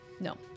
No